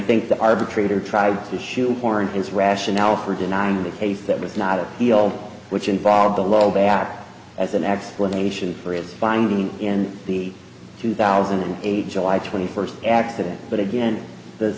think the arbitrator tried to shoehorn his rationale for denying the case that was not a deal which involved a low back as an explanation for his finding in the two thousand and eight july twenty first accident but again the